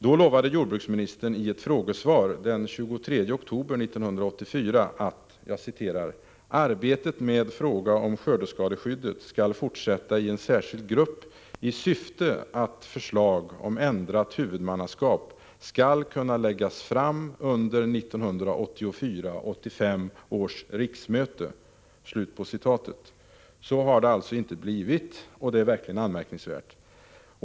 Då lovade jordbruksministern i ett frågesvar den 23 oktober 1984 att ”arbetet med frågan om skördeskadeskyddet skall fortsätta i en särskild grupp i syfte att förslag om ändrat huvudmannaskap skall kunna läggas fram under 1984/85 års riksmöte”. Så har det inte blivit, och det är verkligen anmärkningsvärt.